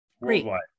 worldwide